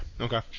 Okay